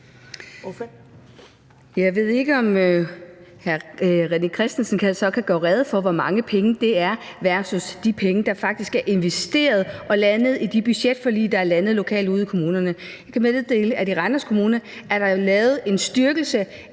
Jeg ved ikke, om hr. René Christensen så kan gøre rede for, hvor mange penge det er, versus de penge, der faktisk er investeret og landet i de budgetforlig, der er landet lokalt ude i kommunerne. Jeg kan meddele, at i Randers Kommune er der lavet en styrkelse